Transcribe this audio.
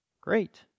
Great